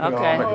Okay